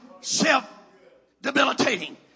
self-debilitating